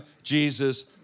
Jesus